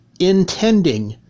intending